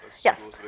Yes